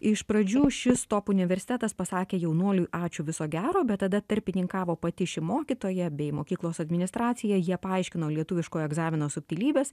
iš pradžių šis top universitetas pasakė jaunuoliui ačiū viso gero bet tada tarpininkavo pati ši mokytoja bei mokyklos administracija jie paaiškino lietuviško egzamino subtilybes